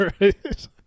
Right